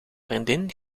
vriendin